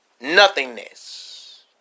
nothingness